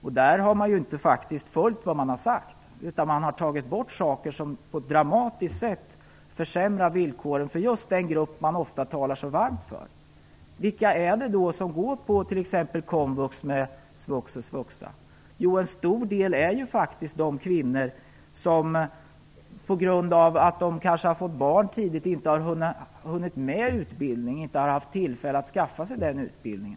Man har därvidlag faktiskt inte följt vad man har sagt, utan man har på ett dramatiskt sätt försämrat villkoren för just den grupp som man ofta talar så varmt för. Vilka är det då som går på t.ex. komvux med svux och svuxa? En stor del av dem är faktiskt de kvinnor som kanske på grund av att de tidigt har fått barn inte har haft tillfälle att skaffa sig utbildning.